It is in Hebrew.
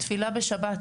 תפילה בשבת.